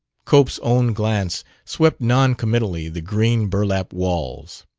cope's own glance swept non-committally the green burlap walls.